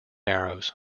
arrows